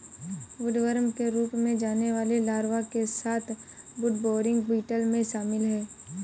woodworm के रूप में जाने वाले लार्वा के साथ वुडबोरिंग बीटल में शामिल हैं